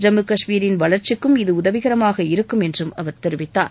ஜம்மு கஷ்மீரின் வளர்ச்சிக்கும் இது உதவிகரமாக இருக்கும் என்று அவர் தெரிவித்தார்